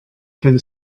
can